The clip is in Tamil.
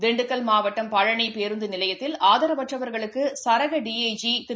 திண்டுக்கல் மாவட்டம் பழனிபேருந்துநிலையத்தில்ஆதரவற்றவா்களுக்குரக டி ஜஜி திரு